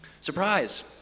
Surprise